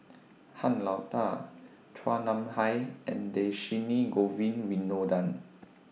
Han Lao DA Chua Nam Hai and Dhershini Govin Winodan